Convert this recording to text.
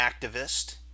activist